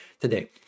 today